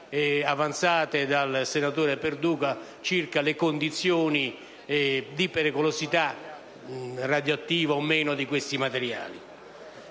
avanzate dal senatore Perduca circa le condizioni di pericolosità radioattiva o meno dei materiali